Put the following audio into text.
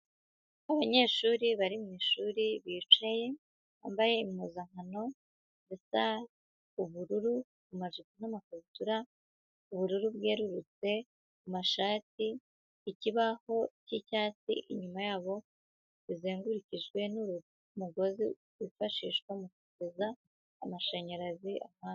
Abanyeshuri bari mu ishuri, bicaye, bambaye impuzankano zisa ubururu, amajipo n'amakabutura, ubururu bwerurutse, amashati, ikibaho cy'icyatsi inyuma yabo, kizengurukijwe n'umugozi wifashishwa mu kuzuza amashanyarazi hanze.